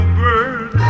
bird